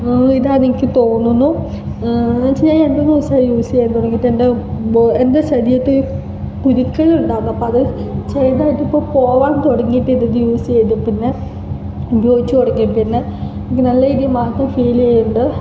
ഇതാണ് എനിക്ക് തോന്നുന്നു എന്ന് വെച്ചഴിഞ്ഞ രണ്ട് മൂന്ന് ദിവസമായി യൂസ് ചെയ്യാന് തുടങ്ങിയിട്ട് എന്റെ ബോ എന്റെ ശരീരത്ത് കുരുക്കള് ഉണ്ടാവാം അപ്പം അത് ചെറുതായിട്ടിപ്പോൾ പോവാന് തുടങ്ങി ഇത് യൂസ് ചെയ്തേ പിന്നെ ഉപയോഗിച്ചു തുടങ്ങിയേപ്പിന്നെ എനിക്ക് നല്ല രീതിയില് മാറ്റം ഫീൽ ചെയ്യുന്നുണ്ട്